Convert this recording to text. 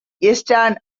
eastern